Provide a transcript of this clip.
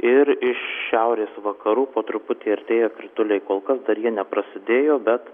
ir iš šiaurės vakarų po truputį artėja krituliai kol kas dar jie neprasidėjo bet